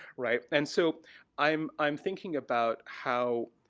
right, and so i'm i'm thinking about how,